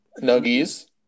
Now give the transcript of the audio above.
nuggies